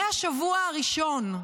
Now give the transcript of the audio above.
מהשבוע הראשון,